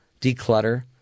declutter